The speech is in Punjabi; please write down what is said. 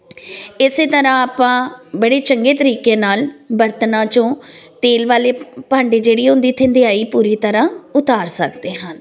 ਇਸੇ ਤਰ੍ਹਾਂ ਆਪਾਂ ਬੜੀ ਚੰਗੇ ਤਰੀਕੇ ਨਾਲ ਬਰਤਨਾਂ ਚੋਂ ਤੇਲ ਵਾਲੇ ਭਾਂਡੇ ਜਿਹੜੀ ਹੁੰਦੀ ਤੇ ਦਿਆਈ ਪੂਰੀ ਤਰਹਾਂ ਉਤਾਰ ਸਕਦੇ ਹਨ